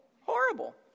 Horrible